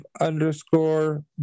underscore